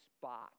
spot